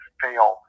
fail